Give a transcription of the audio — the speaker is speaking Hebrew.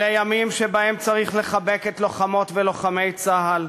אלה ימים שבהם צריך לחבק את לוחמות ולוחמי צה"ל,